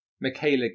Michaela